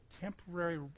temporary